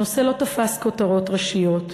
הנושא לא תפס כותרות ראשיות.